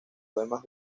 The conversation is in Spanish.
poemas